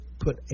Put